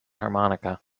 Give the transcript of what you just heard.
harmonica